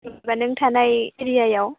जेनेबा नों थानाय एरियायाव